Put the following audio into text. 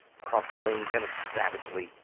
crumpling them savagely.